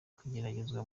kugeragezwa